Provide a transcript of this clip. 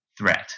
threat